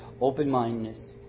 open-mindedness